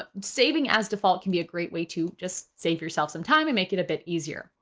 ah saving as default can be a great way to just save yourself some time and make it a bit easier,